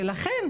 לכן,